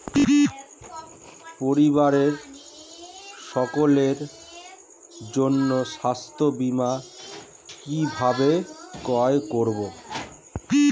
পরিবারের সকলের জন্য স্বাস্থ্য বীমা কিভাবে ক্রয় করব?